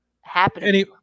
happening